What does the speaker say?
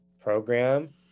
program